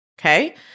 Okay